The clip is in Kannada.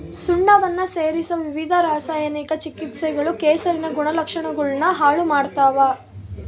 ಸುಣ್ಣವನ್ನ ಸೇರಿಸೊ ವಿವಿಧ ರಾಸಾಯನಿಕ ಚಿಕಿತ್ಸೆಗಳು ಕೆಸರಿನ ಗುಣಲಕ್ಷಣಗುಳ್ನ ಹಾಳು ಮಾಡ್ತವ